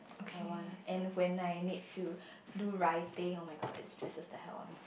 I want and when I need to do writing oh-my-god it stresses the hell out of me